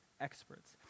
experts